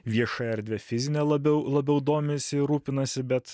vieša erdve fizine labiau labiau domisi rūpinasi bet